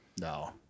No